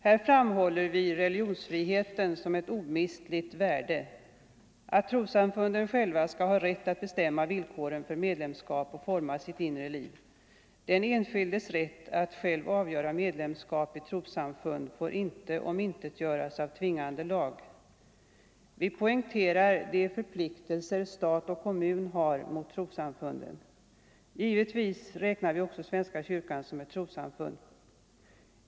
Vi framhåller religionsfriheten som ett omistligt värde. Trossamfunden skall själva ha rätt att bestämma villkoren för medlemskap och att forma sitt inre liv. Den enskildes rätt att själv avgöra medlemskap i trossamfund får inte omintetgöras av tvingande lag. Vi poängterar de förpliktelser stat och kommun har mot trossamfunden. Givetvis räknar vi också svenska kyrkan som ett trossamfund.